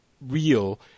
real